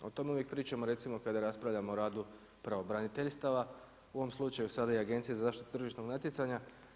O tome uvijek pričamo recimo kada raspravljamo o radu pravobraniteljstava, u ovom slučaju sada i Agencije za zaštitu tržišnog natjecanja.